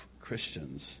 christians